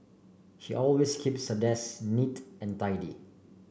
she always keeps her desk neat and tidy